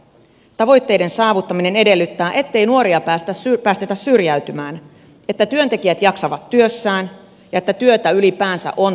tavoitteiden saavuttaminen edellyttää ettei nuoria päästetä syrjäytymään että työntekijät jaksavat työssään ja että työtä ylipäätänsä on tarjolla